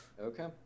okay